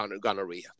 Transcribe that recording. gonorrhea